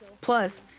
Plus